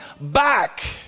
back